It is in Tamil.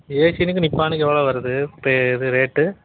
ஏஷியனுக்கும் நிப்பானுக்கும் எவ்வளோ வருது பே இது ரேட்டு